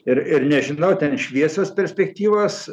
ir ir nežinau ten šviesios perspektyvos